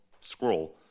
scroll